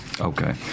Okay